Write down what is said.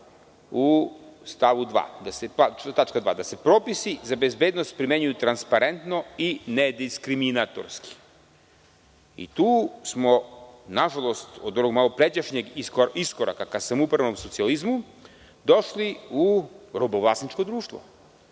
u stavu 2. da se propisi za bezbednost primenjuju transparentno i nediskriminatorski. Tu smo od malopređašnjeg iskoraka ka samoupravnom socijalizmu došli u robovlasničko društvo.